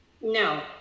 no